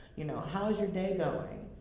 you know, how's your day going?